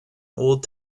old